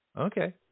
Okay